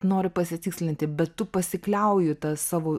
noriu pasitikslinti bet tu pasikliauji ta savo